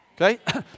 Okay